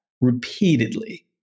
repeatedly